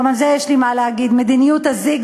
וגם על זה יש לי מה להגיד: מדיניות הזיגזג.